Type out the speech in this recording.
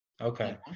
Okay